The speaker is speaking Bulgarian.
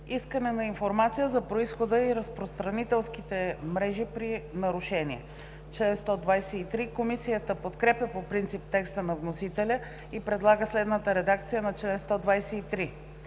„Искане на информация за произхода и разпространителските мрежи при нарушение – чл. 123“. Комисията подкрепя по принцип текста на вносителя и предлага следната редакция на чл.